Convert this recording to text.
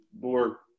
more